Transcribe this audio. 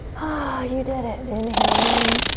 you did it. inhale in.